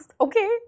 Okay